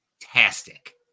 Fantastic